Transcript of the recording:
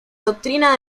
doctrina